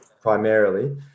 primarily